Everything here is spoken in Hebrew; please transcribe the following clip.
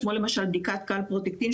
כמו למשל בדיקת קלפרוטקטין,